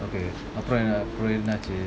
okay அப்புறம்என்னாச்சு:appuram ennachu